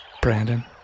Brandon